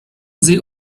sie